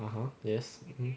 (uh huh) yes